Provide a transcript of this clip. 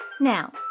Now